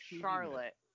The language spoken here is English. Charlotte